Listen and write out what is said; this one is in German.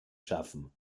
schaffen